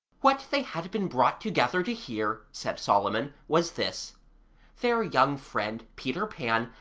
what they had been brought together to hear, said solomon, was this their young friend, peter pan,